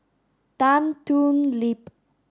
Tan Thoon Lip